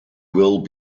will